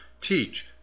teach